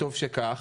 וטוב שכך,